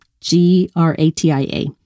G-R-A-T-I-A